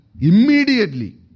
immediately